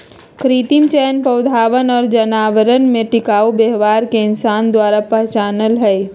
कृत्रिम चयन पौधवन और जानवरवन में टिकाऊ व्यवहार के इंसान द्वारा पहचाना हई